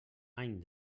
any